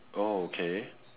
oh okay